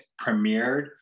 premiered